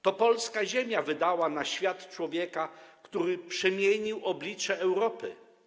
To polska ziemia wydała na świat człowieka, który przemienił oblicze Europy.